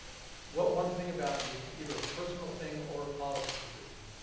what one thing about you, either a personal thing or a policy position,